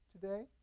today